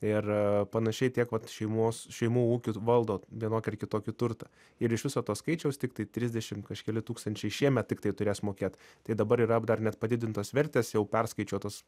ir panašiai tiek vat šeimos šeimų ūkių valdo vienokį ar kitokį turtą ir iš viso to skaičiaus tiktai trisdešim keli tūkstančiai šiemet tiktai turės mokėt tai dabar yra dar net padidintos vertės jau perskaičiuotos